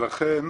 לכן,